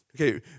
Okay